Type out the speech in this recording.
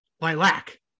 Lilac